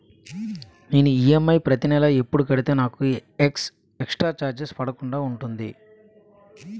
నేను ఈ.ఎం.ఐ ప్రతి నెల ఎపుడు కడితే నాకు ఎక్స్ స్త్ర చార్జెస్ పడకుండా ఉంటుంది?